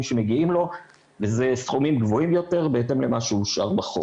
שמגיעים לו ואלה סכומים גבוהים יותר בהתאם למה שאושר בחוק.